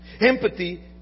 Empathy